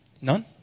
None